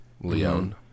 Leon